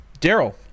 Daryl